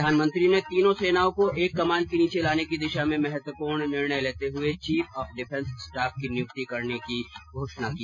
प्रधानमंत्री ने तीनों सेनाओं को एक कमान के नीचे लाने की दिशा में महत्वपूर्ण निर्णय लेते हुए चीफ ऑफ डिफेंस स्टॉफ की नियुक्ति करने की घोषणा की